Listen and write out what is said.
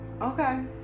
Okay